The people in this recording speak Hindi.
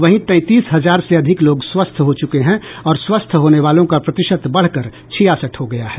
वहीं तैंतीस हजार से अधिक लोग स्वस्थ हो चुके हैं और स्वस्थ होने वालों का प्रतिशत बढ़कर छियासठ हो गया है